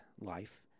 life